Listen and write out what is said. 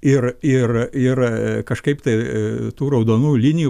ir ir ir kažkaip tai tų raudonų linijų